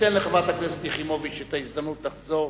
ניתן לחברת הכנסת יחימוביץ את ההזדמנות לחזור